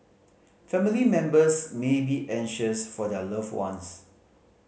family members may be anxious for their loved ones